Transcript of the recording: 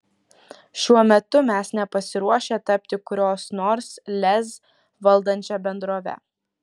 šiuo metu mes nepasiruošę tapti kurios nors lez valdančia bendrove